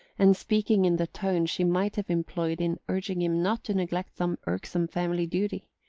and speaking in the tone she might have employed in urging him not to neglect some irksome family duty.